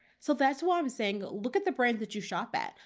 so that's why i'm saying, look at the brands that you shop at.